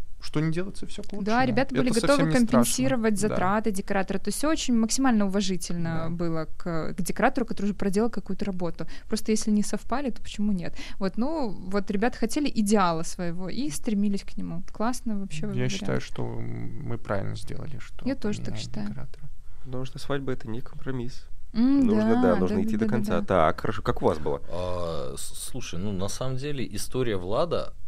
что не делается, всё к лучшему. Да, ребята были Это готовы совсем не страшно. компенсировать Да. затраты декоратора. То есть всё очень максимально уважительно Да. было к- к декоратору, который уже проделал какую-то работу. Просто если не совпали, то почему нет? Вот, ну, вот ребята хотели идеала своего и стремились к нему. Классно вообще. Я считаю, что, м, мы правильно сделали, что Я тоже так поменяли считаю. декоратора. Потому что свадьба — это не компромисс. М, Нужно, да, да, да, нужно идти да, до да, конца. да. Так, хорошо. Как у вас было? А, с- слушай, ну, на самом деле история Влада,